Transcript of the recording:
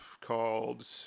called